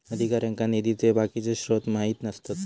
अधिकाऱ्यांका निधीचे बाकीचे स्त्रोत माहित नसतत